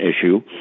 issue